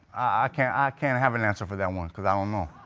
ah can't ah can't have an answer for that one, cause i don't know.